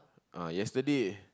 ah yesterday